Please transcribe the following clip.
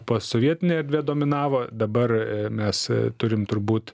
postovietinė erdvė dominavo dabar mes turim turbūt